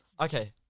Okay